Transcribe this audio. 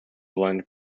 lend